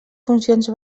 funcions